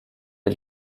des